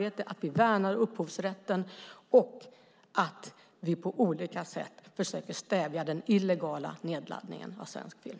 Det gäller att vi värnar upphovsrätten och att vi på olika sätt försöker stävja den illegala nedladdningen av svensk film.